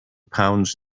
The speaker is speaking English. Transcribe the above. pounds